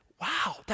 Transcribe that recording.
wow